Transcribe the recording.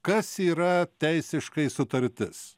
kas yra teisiškai sutartis